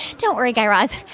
don't worry, guy raz.